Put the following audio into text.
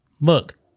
look